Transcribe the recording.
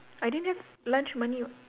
I didn't have lunch money [what]